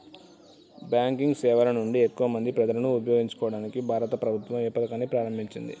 Banking సేవల నుండి ఎక్కువ మంది ప్రజలను ఉపయోగించుకోవడానికి భారత ప్రభుత్వం ఏ పథకాన్ని ప్రారంభించింది?